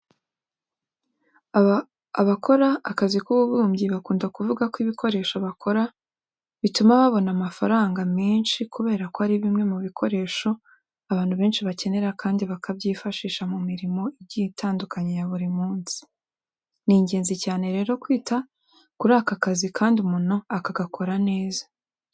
Abakora akazi k'ububumbyi bakunda kuvuga ko ibikoresho bakora bituma babona amafaranga menshi kubera ko ari bimwe mu bikoresho abantu benshi bakenera kandi bakabyifashisha mu mirimo igiye itandukanye ya buri munsi. Ni ingenzi cyane rero kwita kuri aka kazi kandi umuntu akagakora neza.